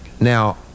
Now